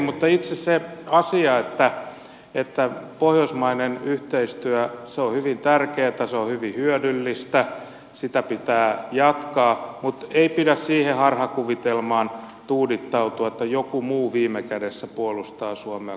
mutta itse se asia pohjoismainen yhteistyö on hyvin tärkeä se on hyvin hyödyllistä sitä pitää jatkaa mutta ei pidä tuudittautua siihen harhakuvitelmaan että joku muu kuin suomalaiset viime kädessä puolustaa suomea